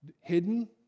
hidden